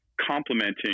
complementing